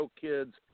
kids